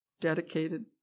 Dedicated